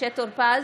משה טור פז,